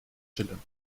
chillen